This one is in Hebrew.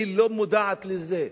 היא לא מודעת לזה.